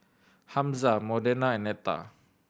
Hamza Modena and Netta